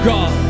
God